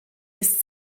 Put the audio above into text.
ist